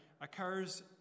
occurs